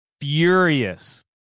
furious